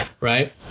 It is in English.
Right